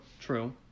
true